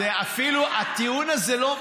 אפילו הטיעון הזה לא,